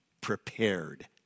prepared